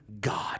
god